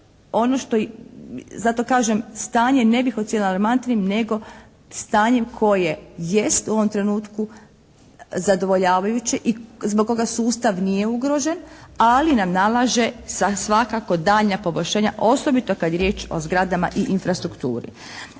zato kažem stanje ne bih ocijenila alarmantnim nego stanjem koje jest u ovom trenutku zadovoljavajuće i zbog kojeg sustav nije ugrožen ali nam nalaže svakako daljnja poboljšanja osobito kad je riječ o zgradama i infrastrukturi.